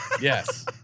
Yes